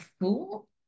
fool